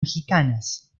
mexicanas